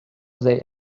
they